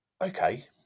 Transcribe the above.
okay